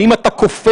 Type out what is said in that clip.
האם אתה כופר?